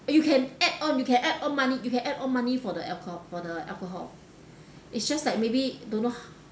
you can add on you can add on money you can add or money for the alco~ for the alcohol it's just like maybe don't know how